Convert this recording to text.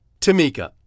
Tamika